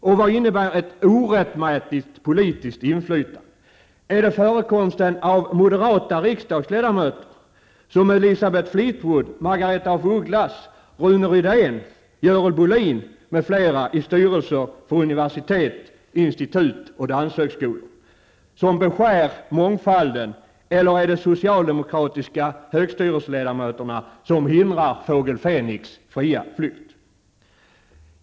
Och vad innebär ett orättmätigt politiskt inflytande? Är det förekomsten av moderata riksdagsledamöter -- Rydén, Görel Bohlin m.fl. -- i styrelser för universitet, institut och danshögskolor som beskär mångfalden? Eller är det de socialdemokratiska högskolestyrelseledamöterna som hindrar Fågel Fenix fria flykt?